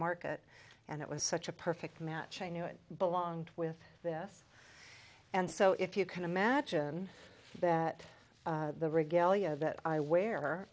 market and it was such a perfect match i knew it belonged with this and so if you can imagine that the regalia that i w